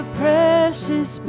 precious